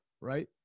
right